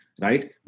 right